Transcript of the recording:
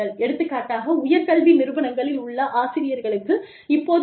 எடுத்துக்காட்டாக உயர்கல்வி நிறுவனங்களில் உள்ள ஆசிரியர்களுக்கு இப்போது பி